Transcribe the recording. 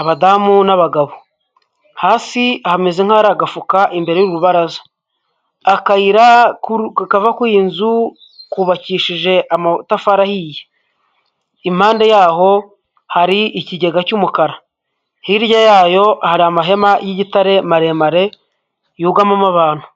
abadamu n'abagabo. Hasi hameze nk'ahari agafuka imbere yuru rubaraza. Akayira kava kuri iyi nzu kubakishije amatafari ahiye. Impande yaho hari ikigega cy'umukara. Hirya yayo hari amahema y'igitare maremare yugamamo abantu.